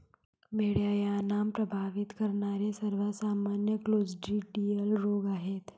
मेंढ्यांना प्रभावित करणारे सर्वात सामान्य क्लोस्ट्रिडियल रोग आहेत